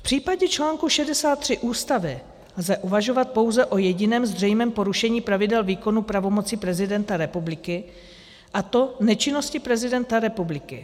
V případě článku 63 Ústavy lze uvažovat pouze o jediném zřejmém porušení pravidel výkonu pravomocí prezidenta republiky, a to nečinnosti prezidenta republiky.